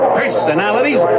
personalities